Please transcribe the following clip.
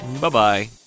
Bye-bye